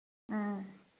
ꯑꯥ